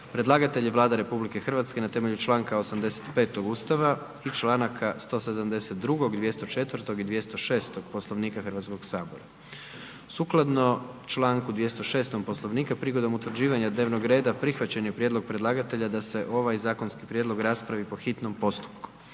Predlagatelj je Vlada RH na temelju Članka 85. Ustava i Članaka 172., 204. i 206. Poslovnika Hrvatskog sabora. Sukladno Članku 206. Poslovnika prigodom utvrđivanja dnevnog reda prihvaćen je prijedlog predlagatelja da se ovaj zakonski prijedlog raspravi po hitnom postupku.